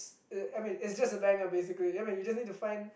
uh I mean it's just a banger basically I mean you just need to find